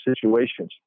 situations